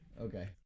Okay